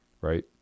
right